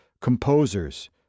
composers